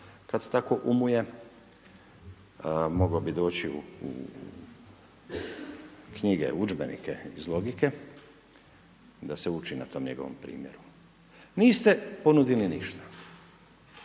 kada tako umuje. Mogao bi doći u knjige, udžbenike iz logike da se uči na tom njegovom primjeru. Niste ponudili ništa.